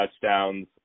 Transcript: touchdowns